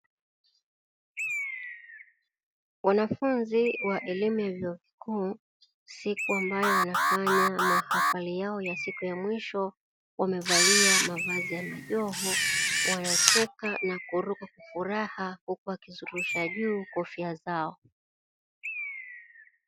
Wanafunzi wa elimu ya vyuo vikuu siku ambayo wanafanya mahafali yao ya siku ya mwisho, wamevalia mavazi ya majoho wanacheka na kuruka kwa furaha huku wakizirusha juu kofia zao.